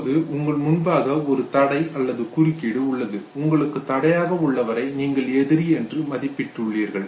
இப்பொழுது உங்கள் முன்பாக ஒரு தடை அல்லது குறுக்கீடு உள்ளது உங்களுக்குத் தடையாக உள்ளவரை நீங்கள் எதிரி என்று மதிப்பிட்டுள்ளீர்கள்